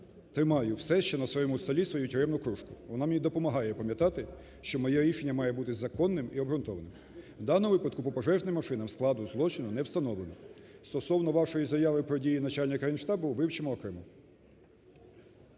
тримаю все ще на своєму столі свою тюремну кружку, вона мені допомагає пам'ятати, що моє рішення має бути законним і обґрунтованим. У даному випадку по пожежним машинам складу злочину не встановлено. Стосовно вашої заяви про дії начальника Генштабу, вивчимо окремо.